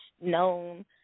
known